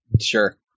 Sure